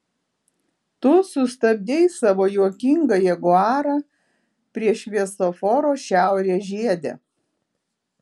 tu sustabdei savo juokingą jaguarą prie šviesoforo šiaurės žiede